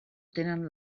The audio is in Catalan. tenen